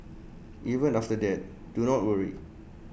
even after that do not worry